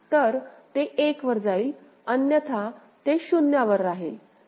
तर ते 1 वर जाईल अन्यथा ते 0 राहील